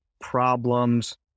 problems